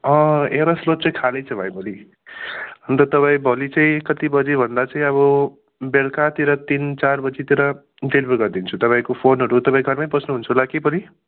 अँ एउटा स्लट चाहिँ खाली छ भाइ भोलि अन्त तपाईँ भोलि चाहिँ कति बजी भन्दा चाहिँ अब बेलुकातिर तिन चार बजीतिर डेलिभर गरिदिन्छु तपाईँको फोनहरू तपाईँ घरमै बस्नुहुन्छ होला कि भोलि